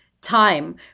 time